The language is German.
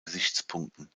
gesichtspunkten